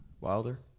Wilder